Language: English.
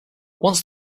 once